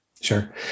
Sure